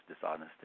dishonesty